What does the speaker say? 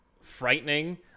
frightening